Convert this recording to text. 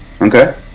Okay